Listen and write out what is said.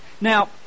Now